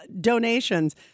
donations